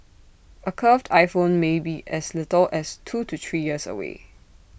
A curved iPhone may be as little as two to three years away